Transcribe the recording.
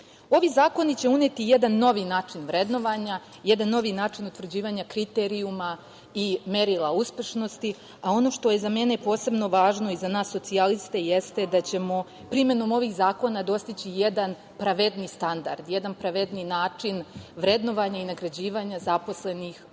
EU.Ovi zakoni će uneti jedan novi način vrednovanja, jedan novi način utvrđivanja kriterijuma i merila uspešnosti, a ono što je za mene posebno važno i za nas socijaliste jeste da ćemo primenom ovih zakona dostići jedan pravedniji standard, jedan pravedniji način vrednovanja i nagrađivanja zaposlenih u